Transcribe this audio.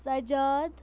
Sajjad